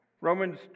Romans